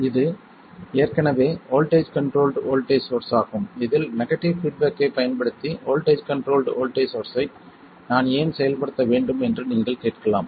இது ஏற்கனவே voltage controlled voltage source ஆகும் இதில் நெகடிவ் பீட்பேக்கைப் பயன்படுத்தி வோல்ட்டேஜ் கண்ட்ரோல்ட் வோல்ட்டேஜ் சோர்ஸ்ஸை நான் ஏன் செயல்படுத்த வேண்டும் என்று நீங்கள் கேட்கலாம்